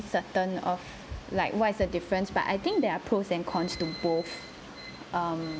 certain of like what is the difference but I think there are pros and cons to both um